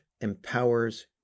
empowers